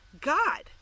God